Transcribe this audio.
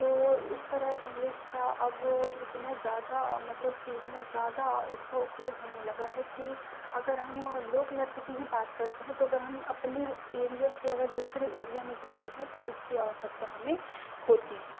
तो इस तरह इंग्लिस का अब इतना ज़्यादा मतलब कि इतना ज़्यादा इसका उपयोग होने लगा है कि अगर हम लोक नृत्य की ही बात करते हैं तो अगर हम अपने एरिया से अगर दूसरे एरिया में जाते हैं तो इसकी आवश्यकता हमें होती है